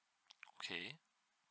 okay